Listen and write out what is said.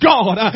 God